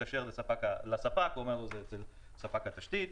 מתקשר לספק והוא אומר לו שזה אצל ספק התשתית.